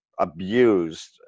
abused